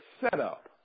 setup